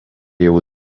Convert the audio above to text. jau